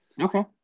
Okay